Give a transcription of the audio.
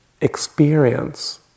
experience